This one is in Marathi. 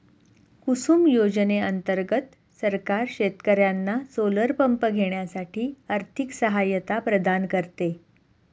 कुसुम योजने अंतर्गत सरकार शेतकर्यांना सोलर पंप घेण्यासाठी आर्थिक सहायता प्रदान करते